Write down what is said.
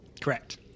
Correct